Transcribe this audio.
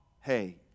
hey